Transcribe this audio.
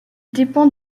dépend